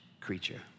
creature